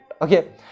Okay